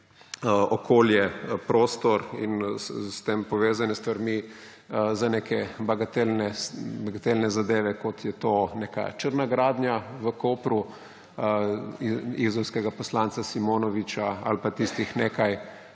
okolje, prostor in s tem povezane stvarmi, za neke bagatelne zadeve, kot je to neka črna gradnja v Kopru izolskega poslanca Simonoviča, ali pa tistih nekaj